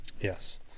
yes